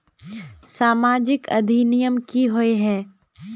सामाजिक अधिनियम की होय है?